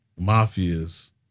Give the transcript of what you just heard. mafias